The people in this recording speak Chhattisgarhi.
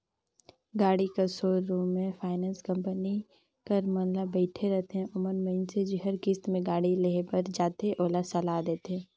गाड़ी कर सोरुम में फाइनेंस कंपनी कर मन बइठे रहथें ओमन मइनसे जेहर किस्त में गाड़ी लेहे बर जाथे ओला सलाह देथे